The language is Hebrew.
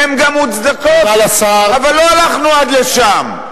הן גם מוצדקות, אבל לא הלכנו עד לשם.